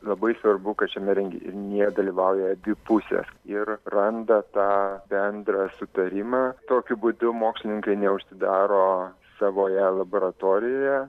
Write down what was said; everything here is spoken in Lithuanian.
labai svarbu kad šiame renginyje dalyvauja dvi pusės ir randa tą bendrą sutarimą tokiu būdu mokslininkai neužsidaro savoje laboratorijoje